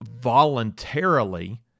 voluntarily